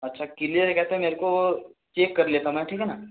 अच्छा क्लियर है क्या तो मेरे को चेक कर लेता ना ठीक है ना